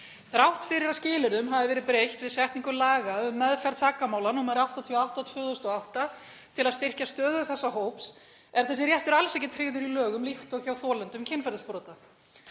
Þrátt fyrir að skilyrðum hafi verið breytt við setningu laga um meðferð sakamála, nr. 88/2008, til að styrkja stöðu þessa hóps er þessi réttur alls ekki tryggður í lögum líkt og hjá þolendum kynferðisbrota.